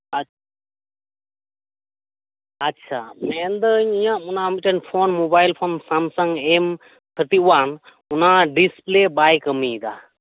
ᱟᱪᱷ ᱟᱪᱪᱷᱟ ᱢᱮᱱᱫᱟᱹᱧ ᱤᱧᱟᱹᱜ ᱚᱱᱟ ᱢᱤᱫᱴᱮᱱ ᱯᱷᱚᱱ ᱢᱚᱵᱟᱭᱤᱞ ᱯᱷᱚᱱ ᱢᱤᱫᱴᱟᱝ ᱮᱢ ᱛᱷᱟᱴᱤ ᱳᱣᱟᱱ ᱚᱱᱟ ᱰᱤᱥᱯᱞᱮ ᱵᱟᱭ ᱠᱟᱹᱢᱤᱭᱮᱫᱟ